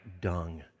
dung